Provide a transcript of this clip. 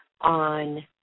on